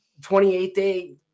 28-day